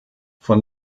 von